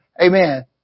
amen